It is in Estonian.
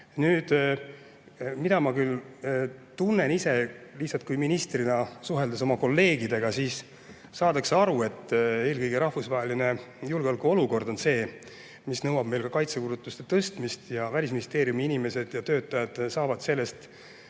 makse. Ma küll tunnen ise lihtsalt ministrina suheldes oma kolleegidega, et saadakse aru, et eelkõige rahvusvaheline julgeolekuolukord on see, mis nõuab ka kaitsekulutuste tõstmist. Välisministeeriumi inimesed ja töötajad saavad sellest